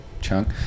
chunk